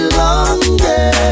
longer